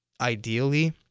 ideally